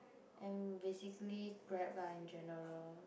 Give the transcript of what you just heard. and basically grab lah in general